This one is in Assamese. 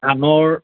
ধানৰ